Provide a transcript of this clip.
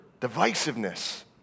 divisiveness